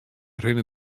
rinne